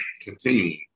continuing